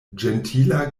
ĝentila